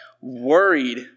worried